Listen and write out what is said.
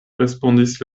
respondis